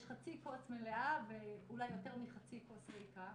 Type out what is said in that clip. יש חצי כוס מלאה ואולי יותר מחצי כוס ריקה.